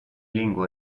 lingua